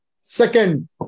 Second